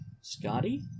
Scotty